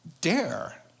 dare